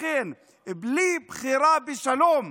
לכן בלי בחירה בשלום,